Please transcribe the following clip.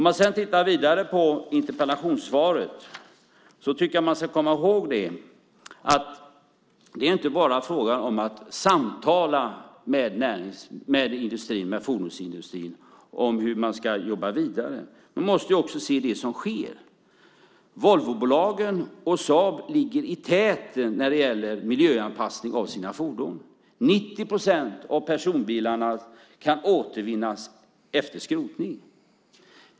Jag läser vidare i interpellationssvaret och vill säga att man ska komma ihåg att det inte bara är fråga om att samtala med fordonsindustrin om hur man ska jobba vidare. Man måste ju också se vad som sker. Volvobolagen och Saab ligger i täten när det gäller miljöanpassning av sina fordon. 90 procent av personbilarna kan återvinnas efter skrotning.